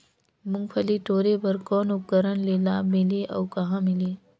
मुंगफली टोरे बर कौन उपकरण ले लाभ मिलही अउ कहाँ मिलही?